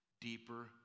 deeper